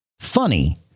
funny